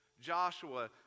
Joshua